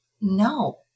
No